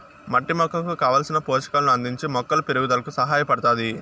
మట్టి మొక్కకు కావలసిన పోషకాలను అందించి మొక్కల పెరుగుదలకు సహాయపడుతాది